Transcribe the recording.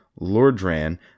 Lordran